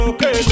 Okay